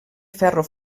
ferro